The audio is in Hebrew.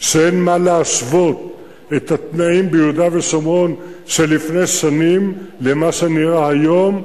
שאין מה להשוות את התנאים ביהודה ושומרון שלפני שנים לְמה שנראה היום,